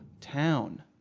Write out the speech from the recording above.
town